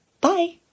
Bye